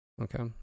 Okay